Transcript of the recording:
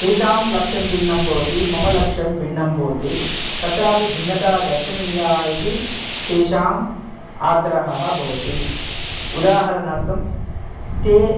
तेषां लक्षं भिन्नं भवति मम लक्षं भिन्नं भवति तत्रापि भिन्नता दर्शनीया इति तेषाम् आग्रहः भवति उदाहरणार्थं ते